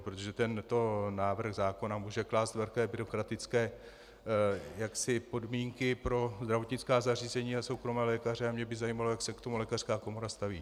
Protože tento návrh zákona může klást velké byrokratické podmínky pro zdravotnická zařízení a soukromé lékaře a mě by zajímalo, jak se k tomu lékařská komora staví.